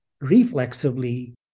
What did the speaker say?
reflexively